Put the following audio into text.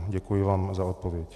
Děkuji vám za odpověď.